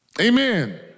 Amen